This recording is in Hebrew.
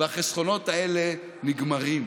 והחסכונות האלה נגמרים.